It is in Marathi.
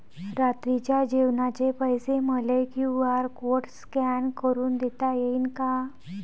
रात्रीच्या जेवणाचे पैसे मले क्यू.आर कोड स्कॅन करून देता येईन का?